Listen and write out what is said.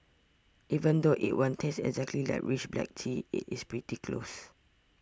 even though it won't taste exactly like rich black tea it is pretty close